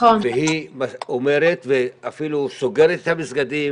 והיא אומרת ואפילו סוגרת את המסגדים